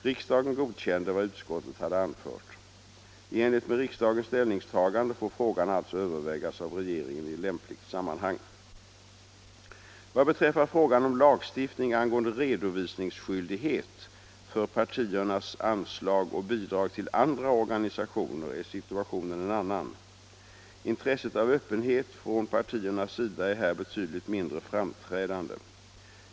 Riksdagen godkände vad utskottet anfört. I enlighet med riksdagens ställningstagande får frågan alltså övervägas av regeringen i lämpligt sammanhang. Vad beträffar frågan om lagstiftning angående redovisningsskyldighet för partiernas anslag och bidrag till andra organisationer är situationen en annan. Intresset av öppenhet från partiernas sida är här betydligt mindre framträdande.